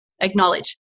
Acknowledge